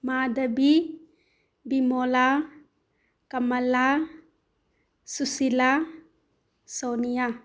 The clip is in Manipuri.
ꯃꯥꯙꯕꯤ ꯕꯤꯃꯣꯂꯥ ꯀꯃꯂꯥ ꯁꯨꯁꯤꯂꯥ ꯁꯣꯅꯤꯌꯥ